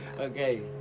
Okay